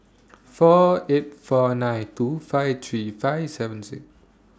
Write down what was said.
four eight four nine two five three five seven six